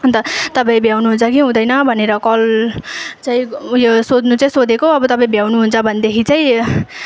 अन्त तपाईँ भ्याउनु हुन्छ कि हुँदैन भनेर कल चै उयो सोध्नु चाहिँ सोधेको अब तपाईँ भ्याउनुहुन्छ भनेदेखि चाहिँ